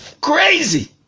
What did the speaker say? Crazy